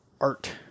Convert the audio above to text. art